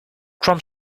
trump